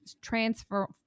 transfer